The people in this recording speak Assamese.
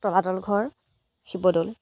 তলাতল ঘৰ শিৱদৌল